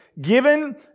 given